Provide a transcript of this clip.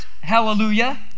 hallelujah